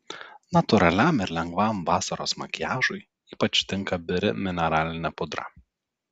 natūraliam ir lengvam vasaros makiažui ypač tinka biri mineralinė pudra